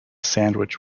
sandwich